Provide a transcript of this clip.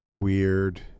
weird